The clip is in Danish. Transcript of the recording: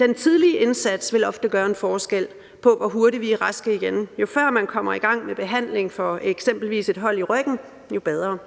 Den tidlige indsats vil ofte gøre en forskel på, hvor hurtigt vi er raske igen. Jo før man kommer i gang med behandling for eksempelvis et hold i ryggen, jo bedre.